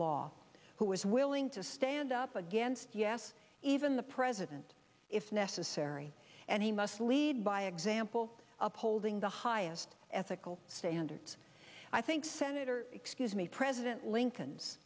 law who is willing to stand up against yes even the president if necessary and he must lead by example upholding the highest ethical standards i think senator excuse me president lincoln's